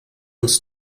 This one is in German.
uns